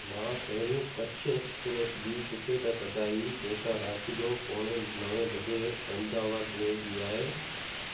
मां पहिरीं कच्छ एक्सप्रेस जी टिकट कढाई जेका राति जो पौणे नवें बजे अहमदबाद वेंदी आहे